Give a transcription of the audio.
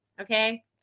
Okay